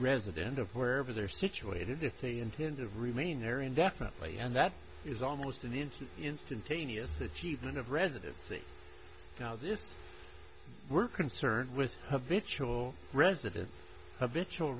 resident of wherever they're situated if they intend to remain there indefinitely and that is almost an instant instantaneous achievement of residency now this we're concerned with a victual resident a bit